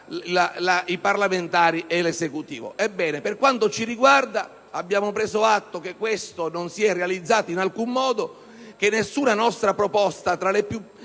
i parlamentari e l'Esecutivo. Ebbene, per quanto ci riguarda, abbiamo preso atto che questo non si è realizzato in alcun modo e che nessuna nostra proposta, da quelle